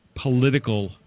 political